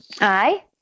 Aye